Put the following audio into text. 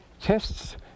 tests